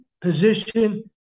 position